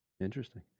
Interesting